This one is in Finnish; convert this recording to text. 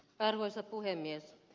arvoisa puhemies